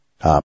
up